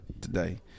today